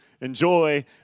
Enjoy